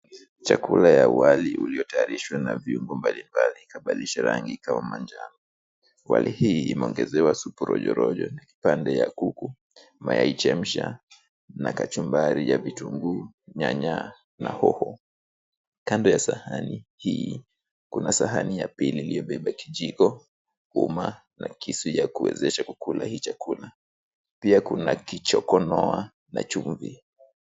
Chakula ya wali uliotayarishwa na viungo mbalimbali, ikabadilisha rangi ikawa manjano. Wali hii imeongezewa supu rojo rojo, kipande ya kuku, mayai chemsha, na kachumbari ya vitunguu, nyanya, na hoho. Kando ya sahani hii kuna sahani ya pili iliyobeba kijiko umma, na kisu ya kuwezesha kukula hii chakula. Pia kuna kichokonoa na chumvi.